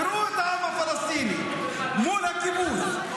תראו את העם הפלסטיני מול הכיבוש,